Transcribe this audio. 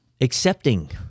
Accepting